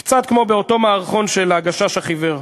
זה קצת כמו באותו מערכון של "הגשש החיוור".